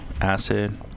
acid